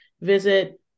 visit